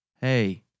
Hey